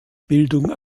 bildung